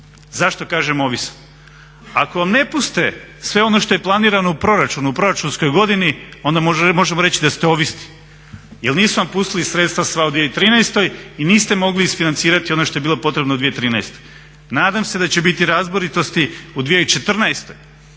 Zašto kažem ovisan? Ako vam ne puste sve ono što je planirano u proračunu, u proračunskoj godini onda možemo reći da ste ovisni, jer nisu vam pustili sredstva sva u 2013. i niste mogli isfinancirati ono što je bilo potrebno u 2013. Nadam se da će biti razboritosti u 2014.